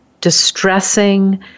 distressing